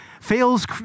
fails